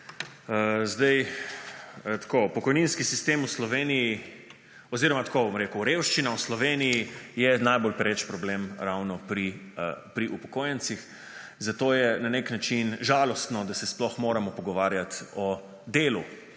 Zdaj tako, pokojninski sistem v Sloveniji oziroma tako bom rekel, revščina v Sloveniji je najbolj pereč problem ravno pri upokojencih, zato je na nek način žalostno, da se sploh moramo pogovarjati o delu